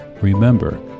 remember